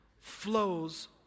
Flows